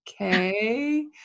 Okay